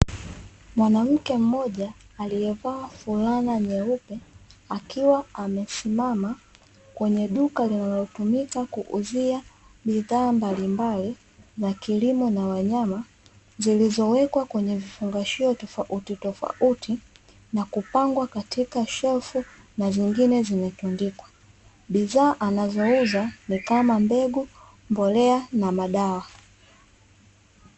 Mwanamke mmoja aliyevaa fulana nyeupe, akiwa amesimama kwenye duka linalotumika kuuzia bidhaa mbalimbali za kilimo na wanyama, zilizowekwa kwenye vifungashio tofauti tofauti na kupangwa katika shelf na zingine zimetundikwa, bidhaa anazouza ni kama mbegu, mbolea na madawa.